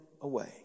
away